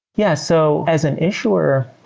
yeah. so as an issuer,